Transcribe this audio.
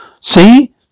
See